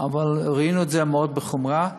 אבל ראינו את זה מאוד בחומרה.